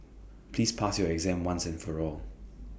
please pass your exam once and for all